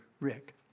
Rick